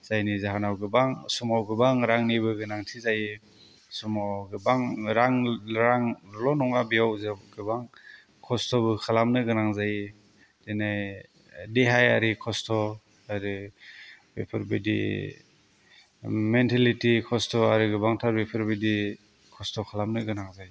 जायनि जाहोनाव गोबां समाव गोबां रांनिबो गोनांथि जायो समाव गोबान रांल' नङा बेयाव जोंहा गोबां खस्थ'बो खालामनो गोनां जायो दिनै देहायारि खस्थ' आरो बेफोरबायदि मेन्टेलिटि खस्थ' आरो गोबांथार बेफोरबायदि खस्थ' खालानो गोनां जायो